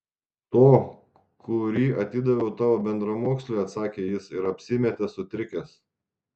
to kurį atidaviau tavo bendramoksliui atsakė jis ir apsimetė sutrikęs